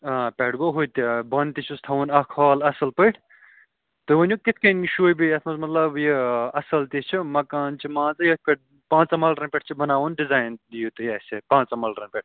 آ پٮ۪ٹھٕ گوٚو ہوٚتہِ بۄنہٕ تہِ چھُس تھاوُن اَکھ ہال اَصٕل پٲٹھۍ تُہۍ ؤنِو کِتھٕ کٔنۍ شوٗبہِ یَتھ منٛز مطلب یہِ اَصٕل تہِ چھِ مکان چھِ مان ژٕ یَتھ پٮ۪ٹھ پانٛژَن مَلرَن پٮ۪ٹھ چھِ بَناوُن ڈِزایِن دِیُو تُہۍ اَسہِ پانٛژَن مَلرَن پٮ۪ٹھ